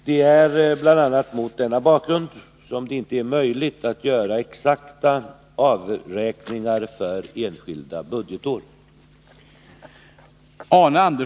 Det är bl.a. mot denna bakgrund som det inte är möjligt att göra exakta avräkningar för enskilda budgetår.